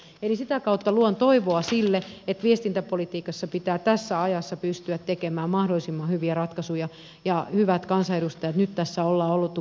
eli sitä kautta luon toivoa sille että viestintäpolitiikassa pitää tässä ajassa pystyä tekemään mahdollisimman hyviä ratkaisuja ja hyvät kansanedustajat nyt tässä ollaan oltu